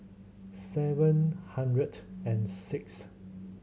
seven hundred and six